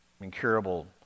incurable